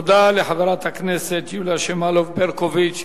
תודה לחברת הכנסת יוליה שמאלוב-ברקוביץ.